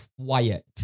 quiet